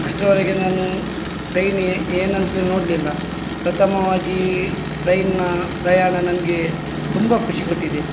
ಅಷ್ಟರವರೆಗೆ ನಾನು ಟ್ರೈನ್ ಎ ಏನಂತಲೆ ನೋಡಲಿಲ್ಲ ಪ್ರಥಮವಾಗಿ ಟ್ರೈನ್ನ್ನ ಪ್ರಯಾಣ ನನಗೆ ತುಂಬ ಖುಷಿ ಕೊಟ್ಟಿದೆ